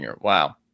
Wow